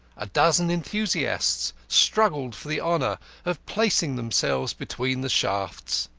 a dozen enthusiasts struggled for the honour of placing themselves between the shafts.